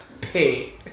pay